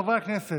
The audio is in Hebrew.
חברי הכנסת,